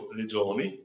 legioni